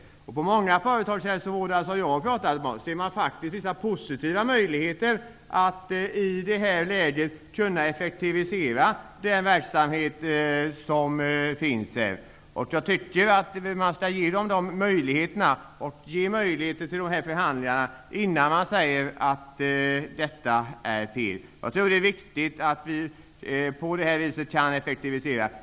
Många av dem inom företagshälsovården som jag talat med ser vissa positiva möjligheter att i detta läge kunna effektivisera den verksamhet som finns. Man skall ge dem den möjligheten och ge möjlighet till förhandlingar innan man säger att detta är fel. Det är viktigt att vi kan effektivisera på detta sätt.